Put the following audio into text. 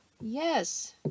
Yes